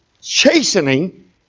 chastening